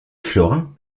florins